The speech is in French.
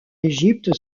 égypte